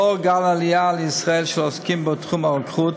לאור גל העלייה לישראל של עוסקים בתחום הרוקחות,